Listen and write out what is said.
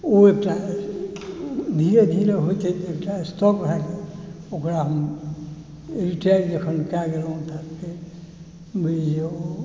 ओ एकटा धीरे धीरे होइत होइत एकटा स्टॉक भऽ गेल ओकरा हम रिटायर जखन कऽ गेलहुँ तऽ बुझिऔ